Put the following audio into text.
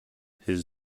his